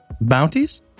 bounties